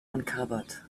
uncovered